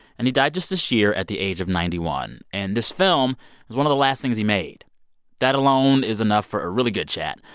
and he died just this year at the age of ninety one. and this film was one of the last things he made that alone is enough for a really good chat.